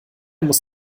muss